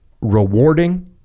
rewarding